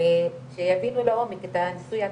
שיבינו לעומק את הניסוי עצמו,